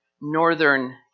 northern